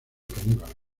caníbales